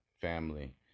family